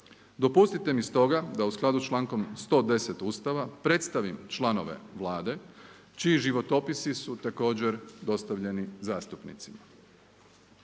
Dopustite mi stoga da u skladu s člankom 110. Ustava predstavim članove Vlade čiji životopisi su također dostavljeni zastupnicima.